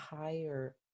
higher